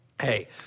Hey